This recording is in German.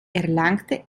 erlangte